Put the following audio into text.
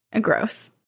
Gross